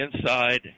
inside